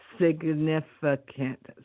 significant